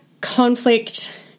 conflict